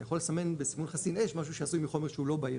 אני יכול לסמן בסימון חסין אש משהו שעשוי מחומר לא בעיר.